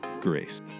grace